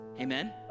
Amen